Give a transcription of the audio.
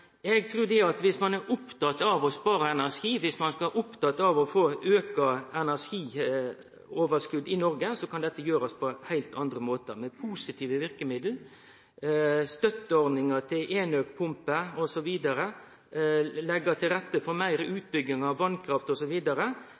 Eg trur at viss ein er opptatt av å spare energi, viss ein er opptatt av å auke energioverskotet i Noreg, så kan dette gjerast på heilt andre måtar, med positive verkemiddel: støtteordningar til f.eks. enøk-pumpe og ved å leggje til rette for meir utbygging av